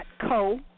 Co